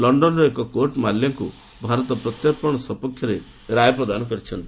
ଲଣ୍ଡନର ଏକ କୋର୍ଟ ମାଲ୍ୟାଙ୍କୁ ଭାରତ ପ୍ରତ୍ୟର୍ପଣ ସପକ୍ଷରେ ରାୟ ପ୍ରଦାନ କରିଛି